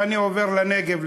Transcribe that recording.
ואני עובר לנגב,